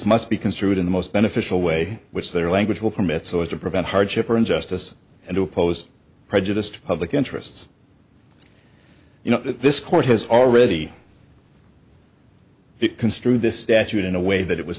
must be construed in the most beneficial way which their language will permit so as to prevent hardship or injustice and to oppose prejudiced public interests you know this court has already construed this statute in a way that it was